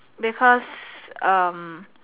because um